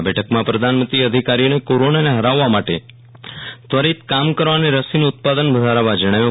આ બેઠકમાં પ્રધાનમંત્રીએ અધિકારીઓને કોરોનાને ફરાવવા માટં ત્વરીત કામ કરવા અને રસીનું ઉત્પાદન વધારવા જણાવ્યુ